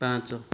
ପାଞ୍ଚ